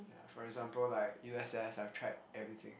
for example like U_S_S I've tried everything